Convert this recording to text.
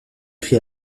écrit